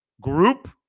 group